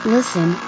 Listen